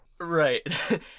right